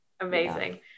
Amazing